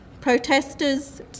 Protesters